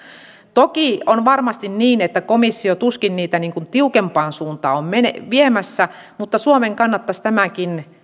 toki on varmasti niin että komissio tuskin niitä tiukempaan suuntaan on viemässä mutta suomen kannattaisi tämäkin